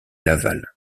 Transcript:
laval